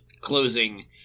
closing